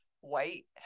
white